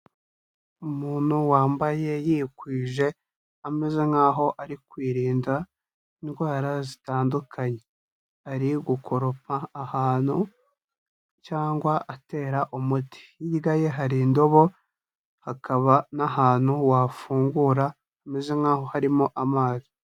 Umuntu wambaye yikwije ameze nk'aho ari kwirinda indwara zitandukanye, ari gukoropa ahantu cyangwa atera umuti, hirya ye hari indobo hakaba n'ahantu wafungura hameze nk'aho harimo amazi.